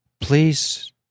Please